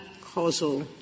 causal